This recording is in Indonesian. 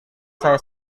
saya